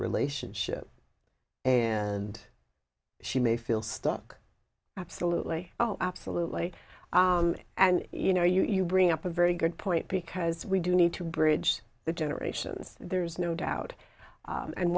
relationship and she may feel stuck absolutely oh absolutely and you know you bring up a very good point because we do need to bridge the generations there's no doubt